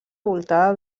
voltada